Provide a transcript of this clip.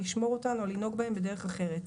לשמור או תן או לנהוג בהן בדרך אחרת.